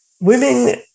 Women